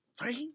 Right